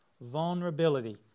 Vulnerability